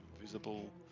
visible